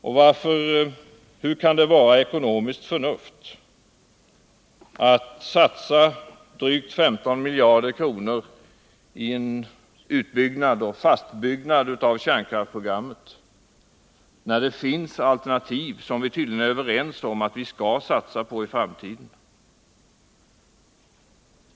Och hur kan det vara ekonomiskt förnuft att satsa drygt 15 miljarder kronor i en utbyggnad och en fastbyggnad av kärnkraftsprogrammet, när det finns alternativ som vi tydligen är överens om att vi skall satsa på i framtiden?